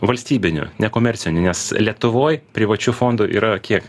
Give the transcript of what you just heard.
valstybinių nekomercinių nes lietuvoj privačių fondų yra kiek